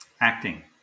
Acting